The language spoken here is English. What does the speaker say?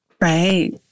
Right